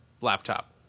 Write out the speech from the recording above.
laptop